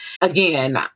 Again